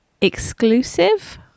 exclusive